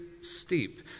steep